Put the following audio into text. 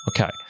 Okay